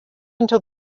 until